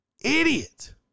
Idiot